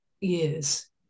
years